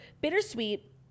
bittersweet